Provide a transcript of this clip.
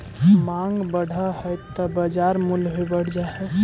माँग बढ़ऽ हइ त बाजार मूल्य भी बढ़ जा हइ